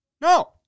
No